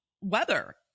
weather